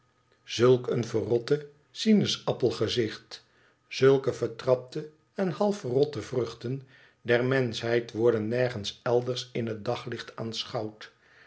een verrotte sinaasappel gezicht zulke vertrapte en half verrotte vruchten der menscheid worden nergens iders in het daglicht aanschouwd